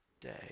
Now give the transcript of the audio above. day